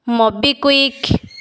MobiKwik